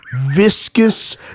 viscous